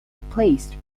replaced